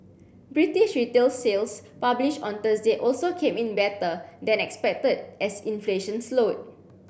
British retail sales published on Thursday also came in better than expected as inflation slowed